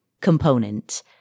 component